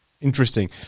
interesting